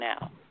now